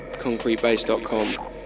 concretebase.com